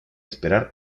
esperar